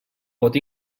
pot